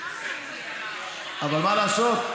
אבל מה לעשות,